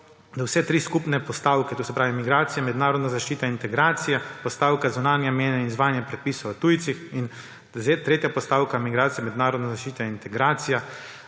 da vse tri skupne postavke, to se pravi migracije, mednarodna zaščita, integracija, postavka zunanja meja in izvajanje predpisov o tujcih in tretja postavka migracije, mednarodna zaščita, integracija